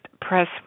press